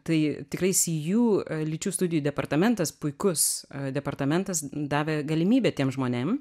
tai tikrai see you lyčių studijų departamentas puikus departamentas davė galimybę tiem žmonėm